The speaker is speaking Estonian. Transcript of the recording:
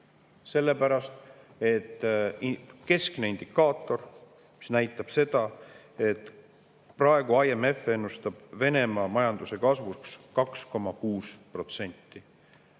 Sellepärast et keskne indikaator näitab seda, et praegu IMF ennustab Venemaa majanduse kasvuks 2,6%.